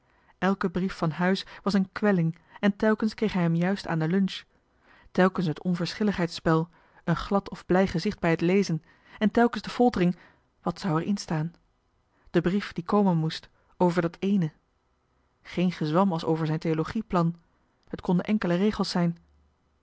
elke brief van huis was een kwelling en telkens kreeg hij hem juist aan den lunch telkens het onverschilligheidsspel een glad of blij gezicht bij het lezen en telkens de foltering wat zou er in staan de brief die komen moest over dat eene geen gezwam als over zijn theologie plan het konden enkele regels zijn